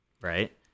right